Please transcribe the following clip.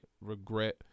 regret